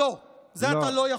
לא, את זה אתה לא יכול.